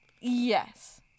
Yes